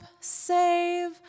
save